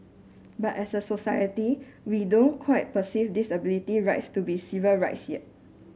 but as a society we don't quite perceive disability rights to be civil rights yet